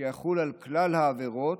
שיחול על כלל העבירות,